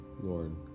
Lord